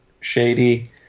shady